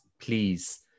please